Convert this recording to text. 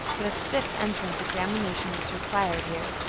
but a stiff entrance examination was required here.